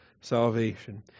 salvation